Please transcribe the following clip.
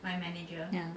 ya